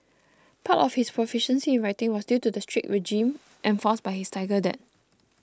part of his proficiency in writing was due to the strict regime enforced by his tiger dad